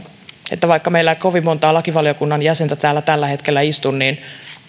että vaikka meillä ei kovin monta lakivaliokunnan jäsentä täällä tällä hetkellä istu niin